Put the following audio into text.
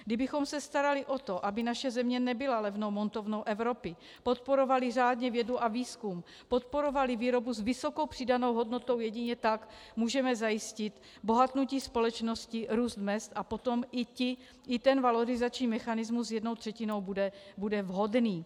Kdybychom se starali o to, aby naše země nebyla levnou montovnou Evropy, podporovali řádně vědu a výzkum, podporovali výrobu s vysokou přidanou hodnotou, jedině tak můžeme zajistit bohatnutí společnosti, růst mez a potom i ten valorizační mechanismus jednou třetinou bude vhodný.